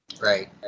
right